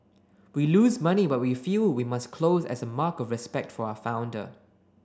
we lose money but we feel we must close as a mark of respect for our founder